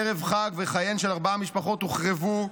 ערב חג וחייהן של ארבע משפחות הוחרבו.